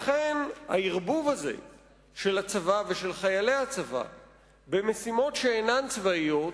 לכן הערבוב הזה של הצבא ושל חיילי הצבא במשימות שאינן צבאיות